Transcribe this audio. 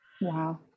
Wow